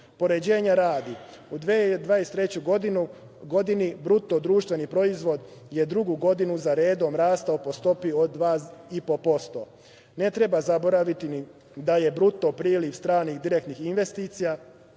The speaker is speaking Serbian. Poređenja radi u 2023. godini BDP je drugu godinu za redom rastao po stopi od 2,5%. Ne treba zaboraviti da je bruto priliv stranih direktnih investicija